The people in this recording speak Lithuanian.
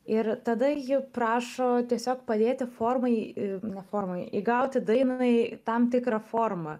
ir tada ji prašo tiesiog padėti formai ne formoje įgauti dainai tam tikrą formą